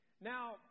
Now